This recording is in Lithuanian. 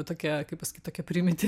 tokia kaip pasakyt tokia primiti